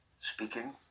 speaking